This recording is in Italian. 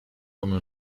come